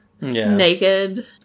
naked